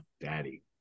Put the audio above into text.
Daddy